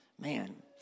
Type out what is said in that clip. Man